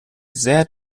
sehr